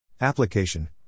Application